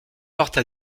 porte